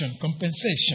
compensation